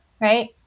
right